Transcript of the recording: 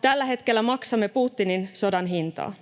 Tällä hetkellä maksamme Putinin sodan hintaa.